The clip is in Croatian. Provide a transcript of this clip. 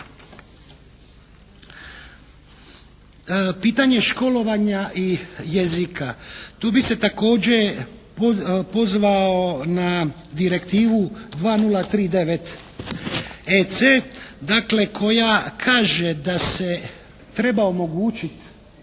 Pitanje školovanja i jezika. Tu bi se također pozvao na Direktivu 20039EC dakle koja kaže da se treba omogućiti